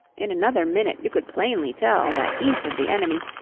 in another minute you could plainly tell that each of the enemy,